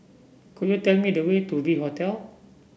could you tell me the way to V Hotel